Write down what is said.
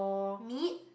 meat